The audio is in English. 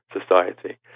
society